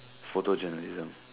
photojournalism